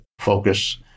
focus